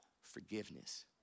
forgiveness